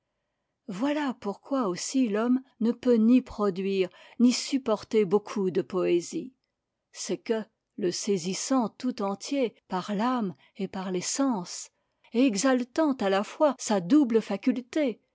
voilà pourquoi aussi l'homme ne peut ni produire ni supporter beaucoup de poésie c'est que le saisissant tout entier par l'ame et par les sens et exaltant à la fois sa double faculté